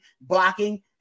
blocking